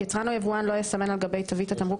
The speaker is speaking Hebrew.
יצרן או יבואן לא יסמן על גבי תווית התמרוק,